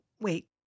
wait